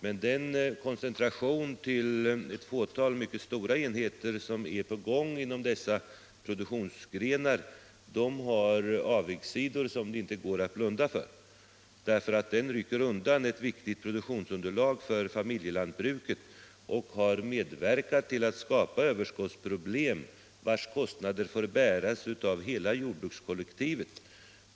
Men den koncentratjon till ett fåtal mycket stora enheter som är på gång inom dessa produktionsgrenar har avigsidor som det inte går att blunda för — den rycker undan ett viktigt produktionsunderlag för familjelantbruket och har medverkat till att skapa ett överskottsproblem, vars kostnader får bäras av hela jordbrukskollektivet.